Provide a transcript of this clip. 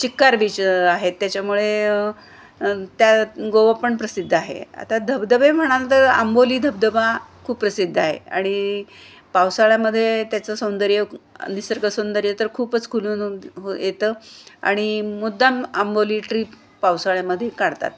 चिक्कार beach आहेत त्याच्यामुळे त्यात गोवा पण प्रसिद्ध आहे आता धबधबे म्हणाल तर आंबोली धबधबा खूप प्रसिद्ध आहे आणि पावसाळ्यामध्ये त्याचं सौंदर्य निसर्ग सौंदर्य तर खूपच खुलून हो येतं आणि मुद्दाम आंबोली ट्रीप पावसाळ्यामध्ये काढतात